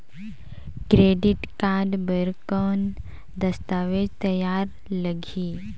Credit card बर कौन दस्तावेज तैयार लगही?